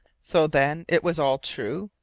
so then it was all true?